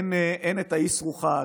אין אסרו חג,